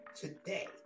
today